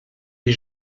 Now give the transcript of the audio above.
est